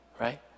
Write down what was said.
right